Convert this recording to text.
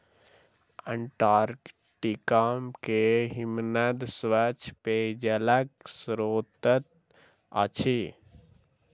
Antarctica के हिमनद स्वच्छ पेयजलक स्त्रोत अछि